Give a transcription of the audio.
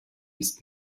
ist